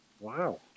wow